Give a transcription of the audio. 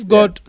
God